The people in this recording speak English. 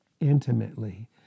intimately